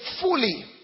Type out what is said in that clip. fully